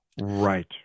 right